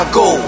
go